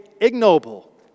ignoble